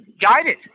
guided